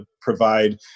provide